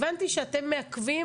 שוב פעם,